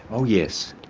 oh yes.